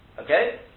Okay